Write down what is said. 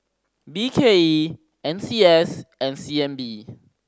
B K E N C S and C N B